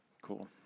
cool